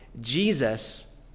Jesus